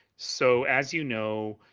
so as you know,